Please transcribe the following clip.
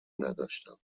نداشتم